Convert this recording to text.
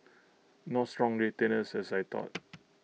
not strong retainers as I thought